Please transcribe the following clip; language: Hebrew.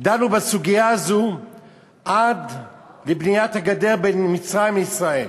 דנו בסוגיה הזאת עד לבניית הגדר בין מצרים לישראל.